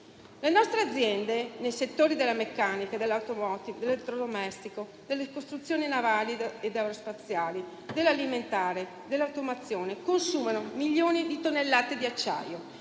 Le nostre aziende nei settori della meccanica, dell'automotive, dell'elettrodomestico, delle costruzioni navali ed aerospaziali, dell'alimentare e dell'automazione consumano milioni di tonnellate di acciaio